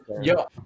yo